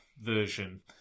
version